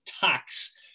tax